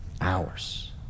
hours